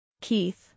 Keith